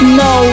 no